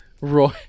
Roy